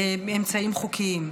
באמצעים חוקיים.